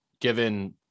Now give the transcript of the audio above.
given